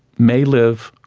may live,